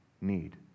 need